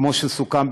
כמו שסוכם,